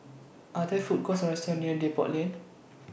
Are There Food Courts Or restaurants near Depot Lane